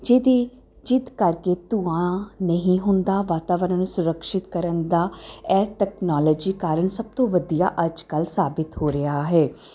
ਜਿਹਦੀ ਜਿਸ ਕਰਕੇ ਧੂੰਆਂ ਨਹੀਂ ਹੁੰਦਾ ਵਾਤਾਵਰਣ ਨੂੰ ਸੁਰਕਸ਼ਿਤ ਕਰਨ ਦਾ ਇਹ ਟੈਕਨੋਲੋਜੀ ਕਾਰਨ ਸਭ ਤੋਂ ਵਧੀਆ ਅੱਜ ਕੱਲ੍ਹ ਸਾਬਿਤ ਹੋ ਰਿਹਾ ਹੈ